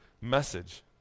message